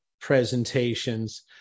presentations